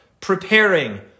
preparing